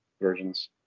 versions